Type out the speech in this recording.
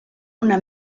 una